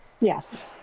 Yes